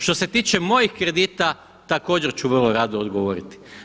Što se tiče mojih kredita, također su vrlo rado odgovoriti.